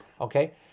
Okay